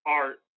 art